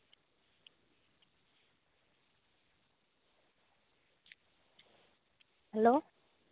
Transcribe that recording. hello